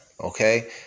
okay